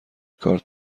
کارت